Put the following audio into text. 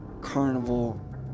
carnival